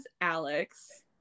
Alex